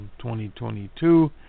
2022